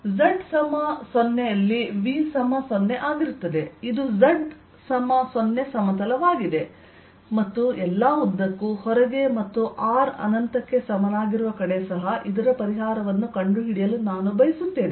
ಇದು z 0ಸಮತಲವಾಗಿದೆ ಮತ್ತು ಎಲ್ಲಾ ಉದ್ದಕ್ಕೂ ಹೊರಗೆ ಮತ್ತು r ಅನಂತಕ್ಕೆ ಸಮನಾಗಿರುವ ಕಡೆ ಇದರ ಪರಿಹಾರವನ್ನು ಕಂಡುಹಿಡಿಯಲು ನಾನು ಬಯಸುತ್ತೇನೆ